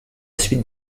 suite